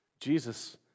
Jesus